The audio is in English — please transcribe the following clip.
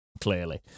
clearly